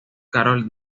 carol